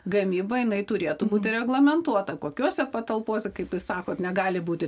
gamyba jinai turėtų būti reglamentuota kokiose patalpose kaip ir sakot negali būti